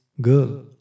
girl